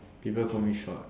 people call me short